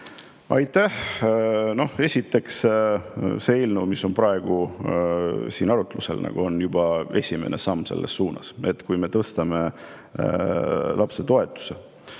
muuta? Esiteks, see eelnõu, mis on praegu siin arutlusel, on esimene samm selles suunas. Kui me tõstame lapsetoetusi,